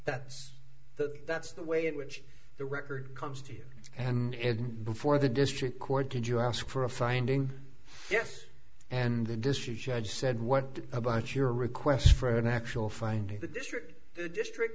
the that's the way in which the record comes to you and before the district court could you ask for a finding yes and the district judge said what about your request for an actual finding the district the district